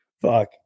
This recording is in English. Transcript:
Fuck